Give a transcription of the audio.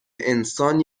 انسان